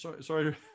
sorry